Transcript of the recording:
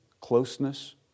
closeness